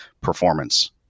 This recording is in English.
performance